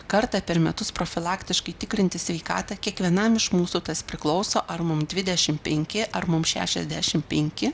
kartą per metus profilaktiškai tikrintis sveikatą kiekvienam iš mūsų tas priklauso ar mum dvidešim penki ar mum šešiasdešim penki